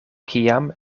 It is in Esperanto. kiam